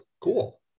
cool